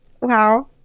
wow